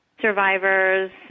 survivors